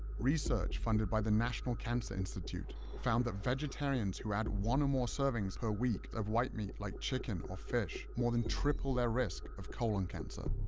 research funded by the national cancer institute found that vegetarians who add one or more servings per week of white meat, like chicken or fish more than triple their risk of colon cancer.